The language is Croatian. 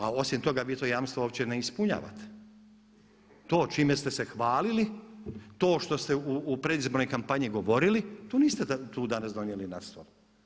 A osim toga vi to jamstvo uopće ne ispunjavate, to čime ste se hvalili, to što ste u predizbornoj kampanji govorili to niste tu danas donijeli na stol.